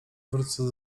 wrócę